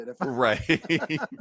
Right